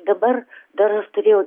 dabar dar aš turėjau